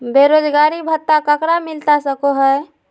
बेरोजगारी भत्ता ककरा मिलता सको है?